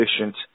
efficient